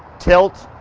tilt